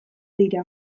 dira